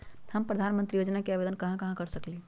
हम प्रधानमंत्री योजना के आवेदन कहा से कर सकेली?